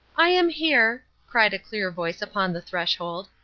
i am here, cried a clear voice upon the threshold,